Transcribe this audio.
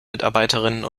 mitarbeiterinnen